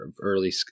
early